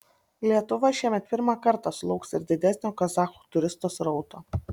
lietuva šiemet pirmą kartą sulauks ir didesnio kazachų turistų srauto